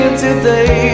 today